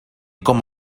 com